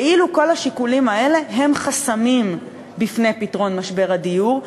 כאילו כל השיקולים האלה הם חסמים בפני פתרון משבר הדיור.